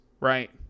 right